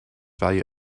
value